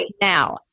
now